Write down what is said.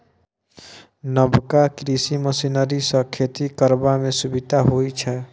नबका कृषि मशीनरी सँ खेती करबा मे सुभिता होइ छै